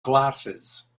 glasses